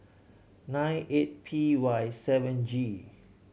nine eight P Y seven G